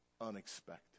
unexpected